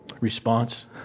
Response